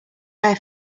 air